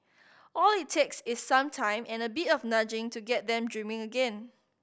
all it takes is some time and a bit of nudging to get them dreaming again